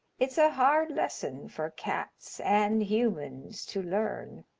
it's a hard lesson for cats and humans to learn.